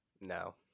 no